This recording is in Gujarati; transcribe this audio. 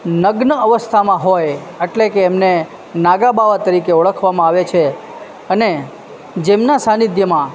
નગ્ન અવસ્થામાં હોય અટલે કે એમને નાગા બાવા તરીકે ઓળખવામાં આવે છે અને જેમનાં સાંનિધ્યમાં